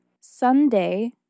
Sunday